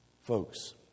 Folks